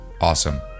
Awesome